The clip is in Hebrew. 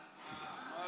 כי הכסף יעוור עיני אנשים.